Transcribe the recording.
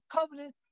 covenant